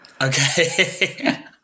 Okay